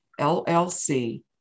LLC